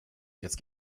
jetzt